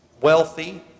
wealthy